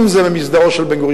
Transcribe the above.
אם זה במסדרו של בן-גוריון,